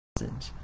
message